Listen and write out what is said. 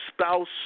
spouse